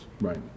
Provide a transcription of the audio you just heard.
Right